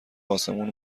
آسمون